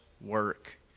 work